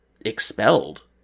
expelled